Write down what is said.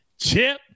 Chip